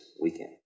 weekend